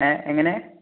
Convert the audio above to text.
ഏ എങ്ങനെ